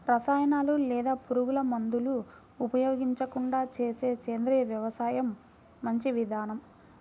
రసాయనాలు లేదా పురుగుమందులు ఉపయోగించకుండా చేసే సేంద్రియ వ్యవసాయం మంచి విధానం